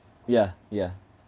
yeah yeah